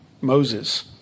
Moses